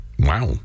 Wow